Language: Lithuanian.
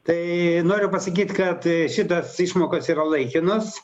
tai noriu pasakyt kad šitas išmokos yra laikinos